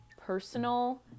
personal